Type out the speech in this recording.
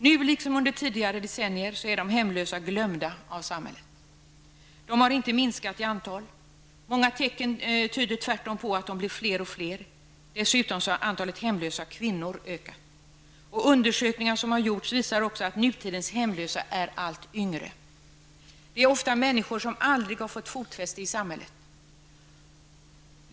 Nu liksom under tidigare decennier är de hemlösa glömda av samhället. De har inte minskat i antal. Många tecken tyder tvärtom på att de blir fler och fler. Dessutom har antalet hemlösa kvinnor ökat. Undersökningar som har gjorts visar också att nutidens hemlösa är allt yngre. Det är ofta människor som aldrig har fått fotfäste i samhället.